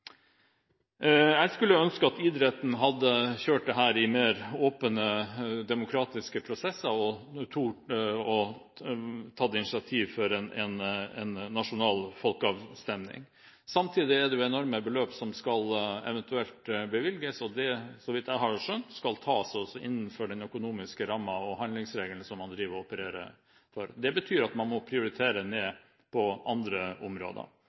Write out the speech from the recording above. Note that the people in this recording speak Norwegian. Jeg skulle ønske at idretten hadde kjørt dette i mer åpne, demokratiske prosesser og tort å ta initiativ til en nasjonal folkeavstemning. Samtidig er det enorme beløp som eventuelt skal bevilges, og det – så vidt jeg har skjønt – skal tas innenfor den økonomiske rammen og handlingsregelen som man opererer med. Det betyr at man må prioritere ned på andre områder.